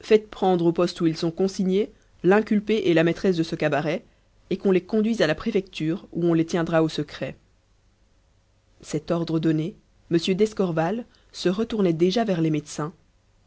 faites prendre au poste où ils sont consignés l'inculpé et la maîtresse de ce cabaret et qu'on les conduise à la préfecture où on les tiendra au secret cet ordre donné m d'escorval se retournait déjà vers les médecins